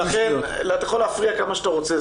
אתה יכול להפריע כמה שאתה רוצה.